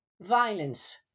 violence